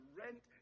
rent